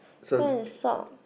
this one is sock